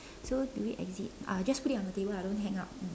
so do we exit uh just put it on the table ah don't hang up mm